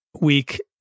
week